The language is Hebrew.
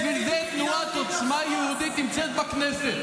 בשביל זה תנועת עוצמה יהודית נמצאת בכנסת.